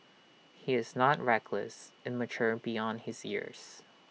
he is not reckless and mature beyond his years